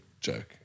Joke